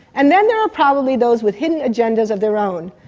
and then there are probably those with hidden agendas of their own,